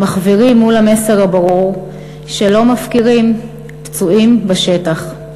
המחווירים מול המסר הברור שלא מפקירים פצועים בשטח.